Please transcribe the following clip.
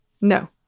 No